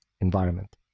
environment